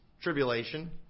Tribulation